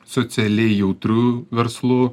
socialiai jautriu verslu